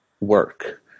work